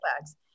bags